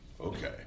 Okay